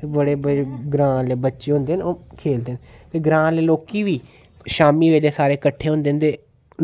ते बड़े ग्रांऽ दे बच्चे न ओह् खेल्लदे ते ग्रांऽ दे लोकी बी शामीं जेह्ड़े सारे कट्ठे होंदे ते